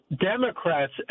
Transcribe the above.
Democrats